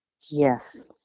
Yes